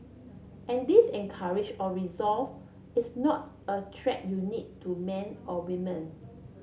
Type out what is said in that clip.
and this encourage or resolve is not a trait unique to men or women